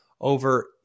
Over